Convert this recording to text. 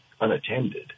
unattended